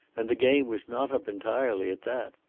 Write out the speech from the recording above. and the game was not up entirely, at that.